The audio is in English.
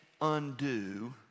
undo